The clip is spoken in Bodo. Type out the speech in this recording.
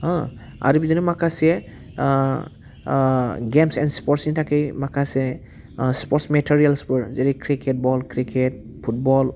होह आरो बिदिनो माखासे गेम्स एन्ड स्पर्ट्सनि थाखै माखासे स्पर्ट्स मेटेरियेल्सफोर जेरै क्रिकेट बल क्रिकेट फुटबल